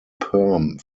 perm